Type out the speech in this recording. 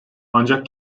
ancak